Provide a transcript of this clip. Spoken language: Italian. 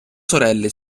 sorelle